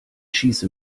schieße